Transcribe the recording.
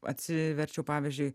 atsiverčiau pavyzdžiui